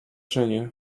wrażenie